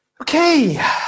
okay